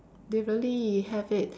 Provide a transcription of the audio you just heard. they really have it